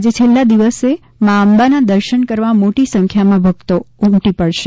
આજે છેલ્લા દિવસે મા અંબાના દર્શન કરવા મોટી સંખ્યામાં ભક્તો ઉમટી પડશે